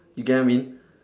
you get I mean